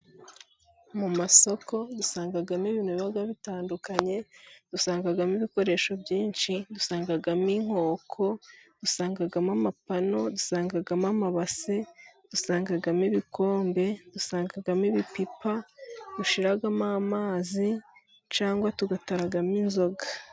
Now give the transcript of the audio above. Mu masoko dusangamo ibintu biba bitandukanye, dusangamo ibikoresho byinshi , dusangamo inkoko, dusangamo amapanu, dusangamo amabase, dusangamo ibikombe, dusangamo ibipipa dushyiramo amazi, cyangwa tugataramo inzoga.